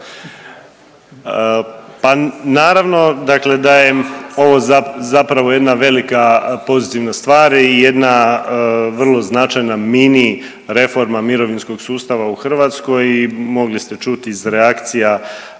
Pa naravno dakle da je ovo zapravo jedna velika pozitivna stvar i jedna vrlo značajna mini reforma mirovinskog sustava u Hrvatskoj i mogli ste čuti iz reakcija